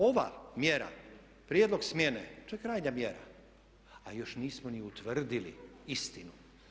Ova mjera, prijedlog smjene, to je krajnja mjera a još nismo ni utvrdili istinu.